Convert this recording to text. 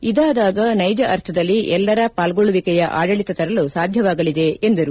ಇದಾದಾಗ ನೈಜ ಅರ್ಥದಲ್ಲಿ ಎಲ್ಲರ ಪಾಲ್ಗೊಳ್ಳುವಿಕೆಯ ಆಡಳಿತ ತರಲು ಸಾಧ್ಯವಾಗಲಿದೆ ಎಂದರು